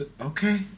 Okay